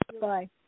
Bye